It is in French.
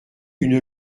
une